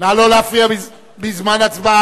סיעות רע"ם-תע"ל חד"ש בל"ד להביע אי-אמון בממשלה לא נתקבלה.